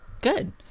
good